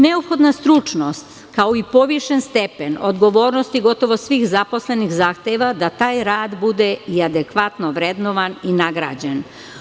Neophodna stručnost, kao i povišen stepen odgovornosti gotovo svih zaposlenih zahteva da taj rad bude i adekvatno vrednovan i nagrađen.